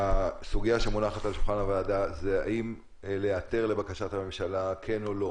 הסוגיה שמונחת על שולחן הוועדה היא אם להיעתר לבקשת הממשלה כן או לא.